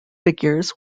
figures